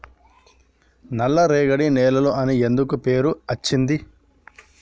నల్లరేగడి నేలలు అని ఎందుకు పేరు అచ్చింది?